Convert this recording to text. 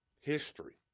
history